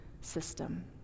system